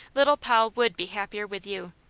little poll would be happier with you.